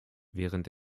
während